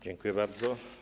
Dziękuję bardzo.